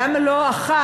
למה לא אחת?